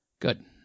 Good